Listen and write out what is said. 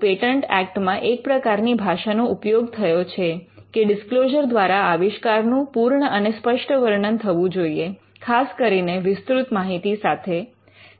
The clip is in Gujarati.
પેટન્ટ ઍક્ટ માં આ પ્રકારની ભાષા નો ઉપયોગ થવો જોઈએ કે જેથી ડિસ્ક્લોઝર દ્વારા આવિષ્કારનું પૂર્ણ અને સ્પષ્ટ વર્ણન થવું જોઈએ ખાસ કરીને વિસ્તૃત માહિતી સાથે